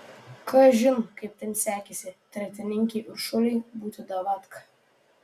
kažin kaip ten sekėsi tretininkei uršulei būti davatka